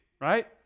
right